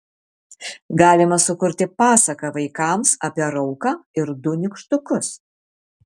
galima sukurti pasaką vaikams apie rauką ir du nykštukus